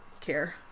care